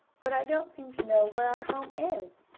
but i don't seem to know where our home is.